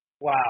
Wow